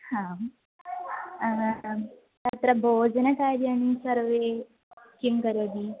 आम् तत्र भोजनकार्याणि सर्वं किं करोति